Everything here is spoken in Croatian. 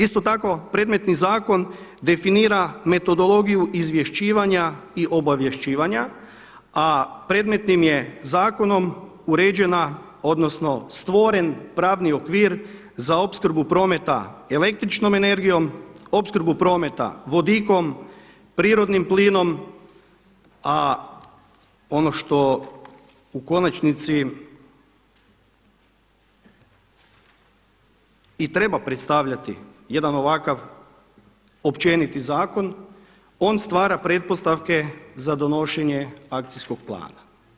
Isto tako predmetni zakon definira metodologiju izvješćivanja i obavješćivanja a predmetnim je zakonom uređena odnosno stvoren pravni okvir za opskrbu prometa električnom energijom, opskrbu prometa vodikom, prirodnim plinom a ono što u konačnici i treba predstavljati jedan ovakav općeniti zakon on stvara pretpostavke za donošenje akcijskog plana.